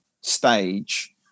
stage